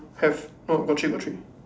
have no got three got three